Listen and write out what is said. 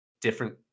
different